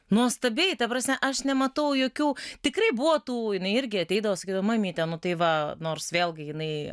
nuostabiai ta prasme aš nematau jokių tikrai buvo tų jinai irgi ateidavo sakydavo mamyte nu tai va nors vėlgi jinai